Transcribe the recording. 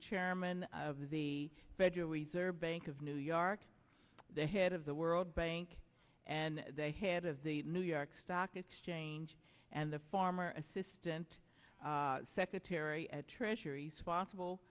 chairman of the federal reserve bank of new york the head of the world bank and the head of the new york stock exchange and the former assistant secretary at treasury sponsible